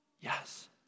Yes